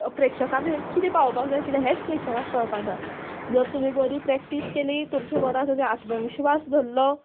प्रेक्षका मेरेन किदें पावोपाक जाय आशिल्लें हेंच प्रेक्षकाक कळपाना जर तुमी बरी प्रॅक्टीस केली तुमचे मनांत आत्मविश्वास धरलो